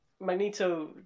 Magneto